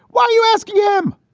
why are you asking him?